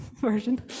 version